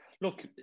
look